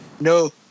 No